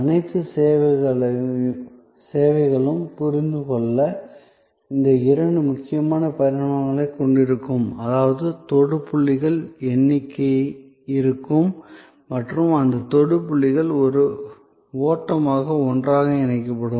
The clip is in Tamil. அனைத்து சேவைகளும் புரிந்து கொள்ள இந்த இரண்டு முக்கிய பரிமாணங்களைக் கொண்டிருக்கும் அதாவது தொடு புள்ளிகளின் எண்ணிக்கை இருக்கும் மற்றும் அந்த தொடு புள்ளிகள் ஒரு ஓட்டமாக ஒன்றாக இணைக்கப்படும்